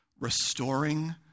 restoring